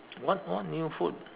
what what new food